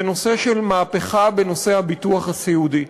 זה נושא של מהפכה בנושא הביטוח הסיעודי.